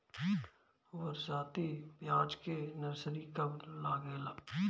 बरसाती प्याज के नर्सरी कब लागेला?